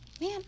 Man